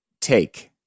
take